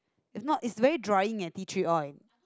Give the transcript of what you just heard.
if not it's very drying eh tea tree oil